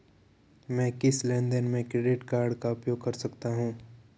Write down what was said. मैं किस लेनदेन में क्रेडिट कार्ड का उपयोग कर सकता हूं?